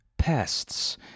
pests